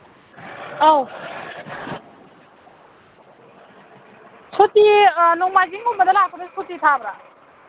ꯑꯧ ꯁꯨꯇꯤ ꯅꯣꯡꯃꯥꯏꯖꯤꯡꯒꯨꯝꯕꯗ ꯂꯥꯛꯄꯗ ꯁꯨꯇꯤ ꯊꯥꯕ꯭ꯔꯥ